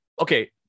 Okay